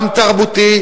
גם תרבותי,